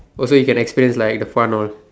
also you can experience like the fun all